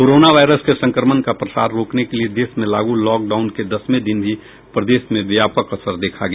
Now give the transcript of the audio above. corona virus के संक्रमण का प्रसार रोकने के लिए देश में लागू लॉकडाउन के दसवें दिन भी प्रदेश में व्यापक असर देखा गया